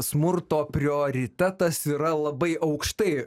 smurto prioritetas yra labai aukštai